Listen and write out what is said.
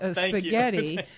spaghetti